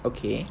okay